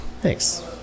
Thanks